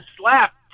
slapped